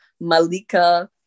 Malika